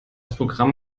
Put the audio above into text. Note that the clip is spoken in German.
programm